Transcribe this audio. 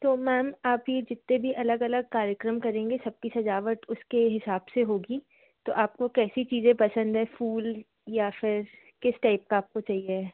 तो मैम आप ये जीतने भी अलग अलग कार्यक्रम करेंगे सबकी सजावट उसके हिसाब से होगी तो आपको कैसी चीजे पसंद है फूल या फिर किस टाइप का आपको चाहिए है